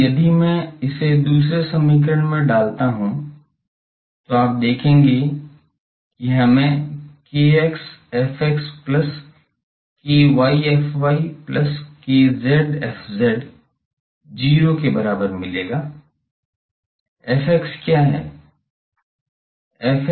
इसलिए यदि मैं इसे दूसरे समीकरण में डालता हूं तो आप देखेंगे कि हमें kx fx plus ky fy plus kz fz 0 के बराबर मिलेगा fx क्या है